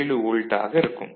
7 volt இருக்கும்